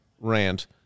rant